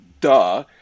duh